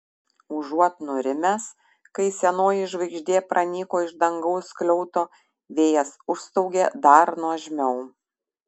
užuot nurimęs kai senoji žvaigždė pranyko iš dangaus skliauto vėjas užstaugė dar nuožmiau